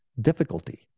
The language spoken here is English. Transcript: difficulty